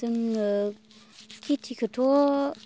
जोङो खेथिखौथ'